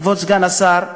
כבוד סגן השר,